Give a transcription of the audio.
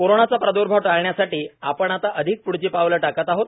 कोरोनाचा प्रादुर्भाव टाळण्यासाठी आपण आता अधिक पुढची पावले टाकत आहोत